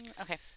Okay